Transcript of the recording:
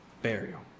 burial